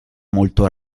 molto